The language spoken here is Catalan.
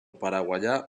paraguaià